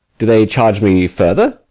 do they charge me further?